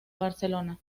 barcelona